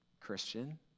Christian